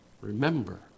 Remember